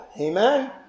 Amen